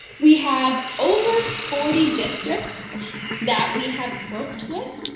we have over forty districts that we have worked with.